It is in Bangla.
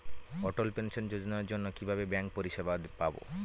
অটল পেনশন যোজনার জন্য কিভাবে ব্যাঙ্কে পরিষেবা পাবো?